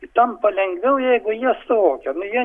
tampa lengviau jeigu jie suvokia nu jie